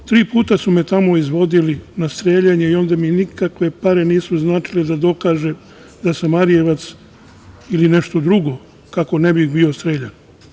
Tri puta su me tamo izvodili na streljanje i onda mi nikakve pare nisu značile da dokažem da sam Arijevac ili nešto drugo kako ne bi bio streljan.